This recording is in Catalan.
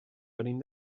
venim